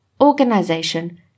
organization